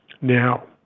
now